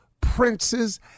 princes